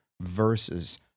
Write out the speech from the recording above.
versus